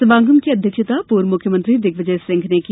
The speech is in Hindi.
समागम की अध्यक्षता पूर्व मुख्यमंत्री दिग्विजय सिंह ने की